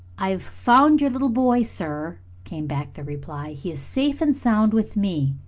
i've found your little boy, sir, came back the reply. he is safe and sound with me.